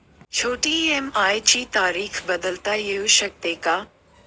EMI ची तारीख बदलता येऊ शकते का?